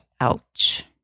Ouch